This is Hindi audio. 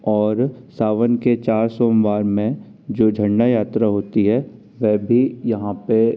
और सावन के चार सोमवार में जो झंडा यात्रा होती है वह भी यहाँ पे